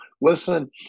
Listen